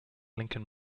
lincoln